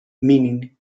meaning